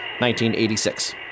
1986